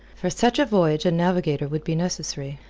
for such a voyage a navigator would be necessary,